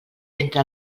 entre